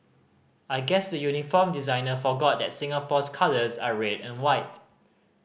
I guess the uniform designer forgot that Singapore's colours are red and white